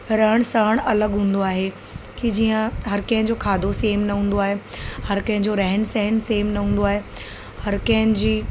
रहणु सहणु अलॻि ई हूंदो आहे की जीअं हर कंहिंजो खादो सेम न हूंदो आहे हर कंहिंजो रहणु सहणु सेम न हूंदो आहे हर कंहिंजी